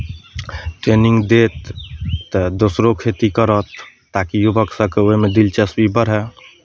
training देत तऽ दोसरो खेती करत ताकि युवक सभके ओहिमे दिलचस्पी बढ़य